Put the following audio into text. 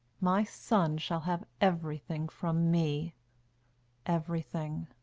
my son shall have everything from me everything.